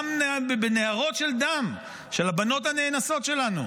בנהרות של דם של הבנות הנאנסות שלנו,